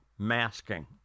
Masking